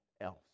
else